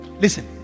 Listen